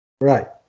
Right